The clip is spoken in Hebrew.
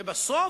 ובסוף,